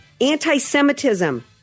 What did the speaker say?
anti-Semitism